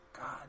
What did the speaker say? God